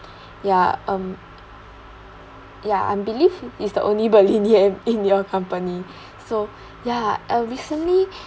yeah um ya I'm believe is the only pearlyn yam in your company so yeah uh recently